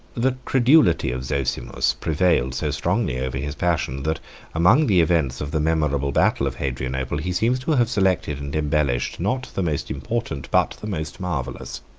the credulity of zosimus prevailed so strongly over his passion, that among the events of the memorable battle of hadrianople, he seems to have selected and embellished, not the most important, but the most marvellous.